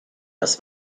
das